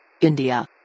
India